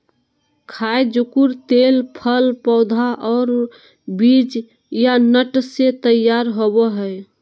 खाय जुकुर तेल फल पौधा और बीज या नट से तैयार होबय हइ